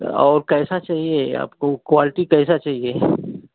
और कैसा चाहिए आपको कुआर्टी कैसा चाहिए